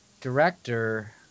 director